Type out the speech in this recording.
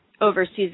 overseas